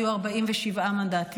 היו 47 מנדטים,